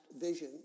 vision